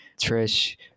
Trish